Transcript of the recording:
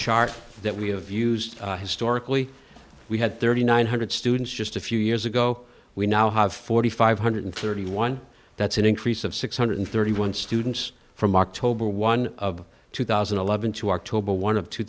chart that we have used historically we had thirty nine hundred students just a few years ago we now have forty five hundred thirty one that's an increase of six hundred thirty one students from october one of two thousand and eleven to october one of two